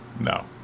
No